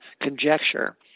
conjecture